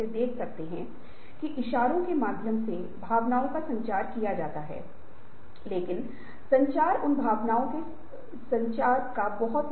और अपने देखा है की यह परिवर्तन पहली स्लाइड के भीतर संगठनात्मक रणनीतिक परिवर्तन दक्षता और प्रभावशीलता प्राप्त करने के लिए की मौजूदा राज्य से वांछित राज्य में बदलाव या संशोधन होगा